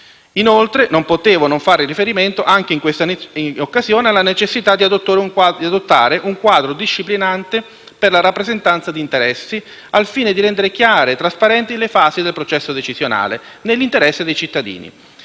Inoltre, non potevo non fare riferimento, anche in questa occasione, alla necessità di adottare un quadro disciplinante per la rappresentanza di interessi, al fine di rendere chiare e trasparenti le fasi del processo decisionale, nell'interesse dei cittadini.